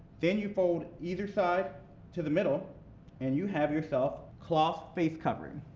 then you fold either side to the middle and you have yourself cloth face covering.